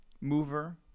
mover